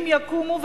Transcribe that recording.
אם יקומו,